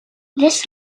this